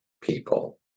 people